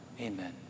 Amen